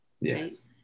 yes